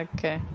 Okay